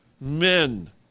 men